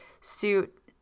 suit